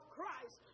Christ